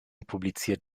publiziert